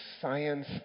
science